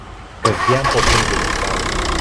kasdien po burgerį suvalgo